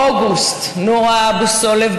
אוגוסט: נורה אבו סולב,